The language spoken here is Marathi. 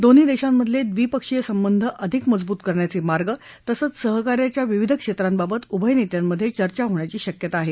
दोन्ही देशांमधले द्विपक्षीय संबंध अधिक मजबूत करण्याचे मार्ग तसंच सहकार्याच्या विविध क्षेत्रांबाबत उभय नेत्यांमधे चर्चा होण्याची शक्यता आहे